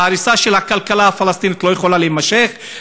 ההריסה של הכלכלה הפלסטינית לא יכולה להימשך.